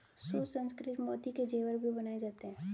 सुसंस्कृत मोती के जेवर भी बनाए जाते हैं